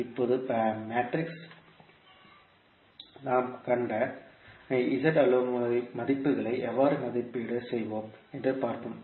இப்போது மேட்ரிக்ஸில் நாம் கண்ட Z அளவுகளின் மதிப்புகளை எவ்வாறு மதிப்பீடு செய்வோம் என்று பார்ப்போம்